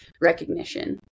recognition